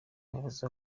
umuyobozi